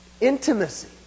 Intimacy